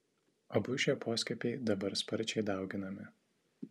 abu šie poskiepiai dabar sparčiai dauginami